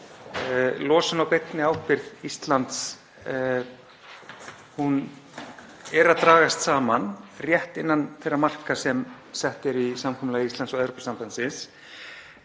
Losun á beinni ábyrgð Íslands er að dragast saman rétt innan þeirra marka sem sett eru í samkomulagi Íslands og Evrópusambandsins,